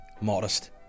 modest